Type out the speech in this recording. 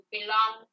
Belong